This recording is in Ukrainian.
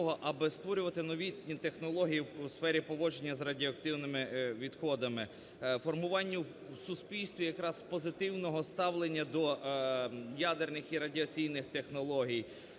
аби створювати новітні технології у сфері поводження з радіоактивними відходами, формуванню в суспільстві якраз позитивного ставлення до ядерних і радіаційних технологій,